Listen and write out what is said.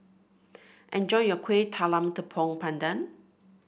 enjoy your Kuih Talam Tepong Pandan